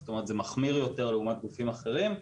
זאת אומרת, זה מחמיר יותר לעומת גופים אחרים.